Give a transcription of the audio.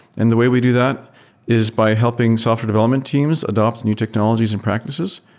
and the way we do that is by helping software development teams adopt new technologies and practices,